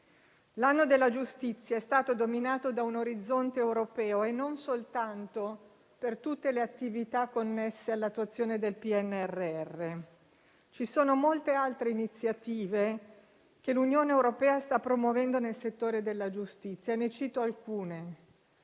L'anno della giustizia è stato dominato da un orizzonte europeo, e non soltanto per tutte le attività connesse all'attuazione del PNRR; ci sono molte altre iniziative che l'Unione europea sta promuovendo nel settore della giustizia. Ne cito alcune: